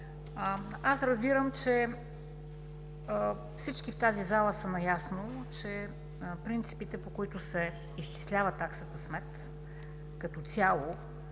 Аз разбирам, че всички в тази зала са наясно, че принципите, по които се изчислява таксата смет като цяло,